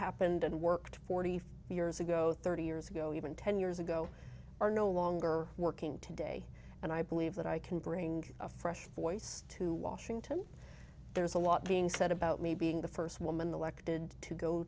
happened and worked forty years ago thirty years ago even ten years ago are no longer working today and i believe that i can bring a fresh voice to washington there's a lot being said about me being the first woman elected to go